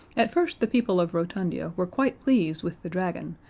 at first the people of rotundia were quite pleased with the dragon,